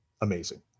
amazing